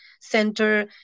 center